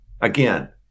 Again